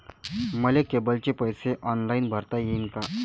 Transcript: मले केबलचे पैसे ऑनलाईन भरता येईन का?